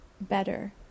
better